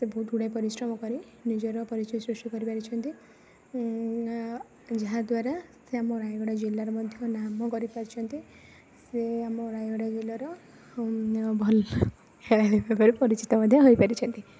ସେ ବହୁତ ଗୁଡାଏ ପରିଶ୍ରମ କରି ନିଜର ପରିଚୟ ସୃଷ୍ଟି କରିପାରିଛନ୍ତି ଯାହା ଦ୍ୱାରା ସେ ଆମ ରାୟଗଡ଼ା ଜିଲ୍ଲାରେ ମଧ୍ୟ ନାମ କରିପାରିଛନ୍ତି ସେ ଆମ ରାୟଗଡ଼ା ଜିଲ୍ଲାର ଭଲ ଖେଳାଳୀ ଭାବେ ପରିଚିତ ମଧ୍ୟ ହୋଇପାରିଛନ୍ତି